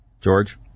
George